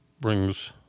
brings